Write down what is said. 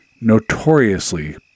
notoriously